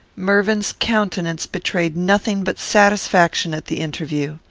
mervyn's countenance betrayed nothing but satisfaction at the interview.